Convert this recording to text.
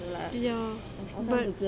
ya but